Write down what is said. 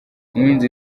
umuhinzi